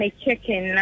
chicken